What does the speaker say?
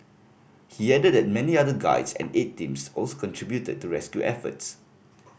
he added that many other guides and aid teams also contributed to rescue efforts